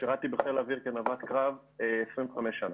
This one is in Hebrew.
שירַתִּי בחיל האוויר כנווט קרב 25 שנה,